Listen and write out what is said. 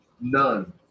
None